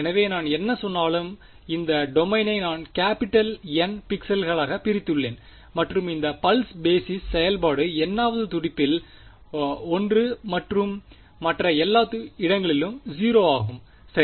எனவே நான் என்ன சொன்னாலும் இந்த டொமைனை நான் கேபிடல் N பிக்சல்களாக பிரித்துள்ளேன் மற்றும் இந்த பல்ஸ் பேஸிஸ் செயல்பாடு n வது துடிப்பில் 1 மற்றும் மற்ற எல்லா இடங்களிலும் 0 ஆகும் சரி